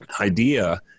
idea